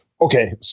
okay